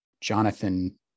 Jonathan